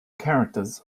characters